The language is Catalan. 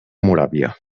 moràvia